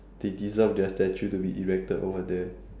they deserve their statue to be erected over there